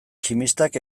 tximistak